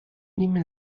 nehmen